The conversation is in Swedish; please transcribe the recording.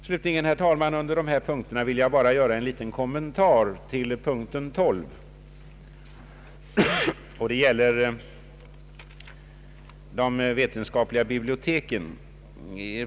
Slutligen, herr talman, vill jag bara göra en liten kommentar till punkten 12, som gäller de vetenskapliga biblioteken.